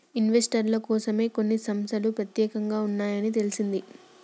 ఇన్వెస్టర్ల కోసమే కొన్ని సంస్తలు పెత్యేకంగా ఉన్నాయని తెలిసింది